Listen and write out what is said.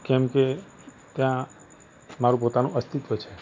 કેમ કે ત્યાં મારું પોતાનું અસ્તિત્ત્વ છે